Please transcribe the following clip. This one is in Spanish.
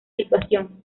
situación